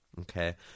Okay